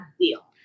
deal